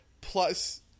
plus